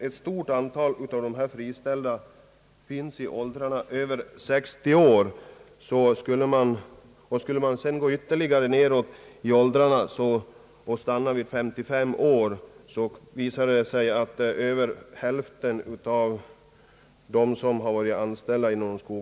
Ett stort antal av de friställda finns i åldrarna över 60 år, och mer än hälften tillhör åldersgruppen 55 år och äldre.